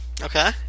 Okay